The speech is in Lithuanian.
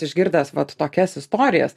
išgirdęs vat tokias istorijas